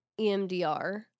EMDR